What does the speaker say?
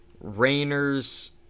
Rainer's